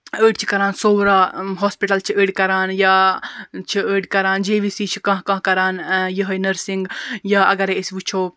أڑۍ چھِ کَران سورا ہاسپِٹَل چھِ أڑۍ کَران یا چھِ أڑۍ کَران جے وی سی چھ کانٛہہ کانٛہہ کَران یِہے نٔرسِنٛگ یا اگرے أسۍ وٕچھو